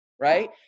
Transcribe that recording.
right